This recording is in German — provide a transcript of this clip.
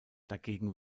dagegen